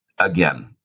Again